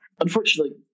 Unfortunately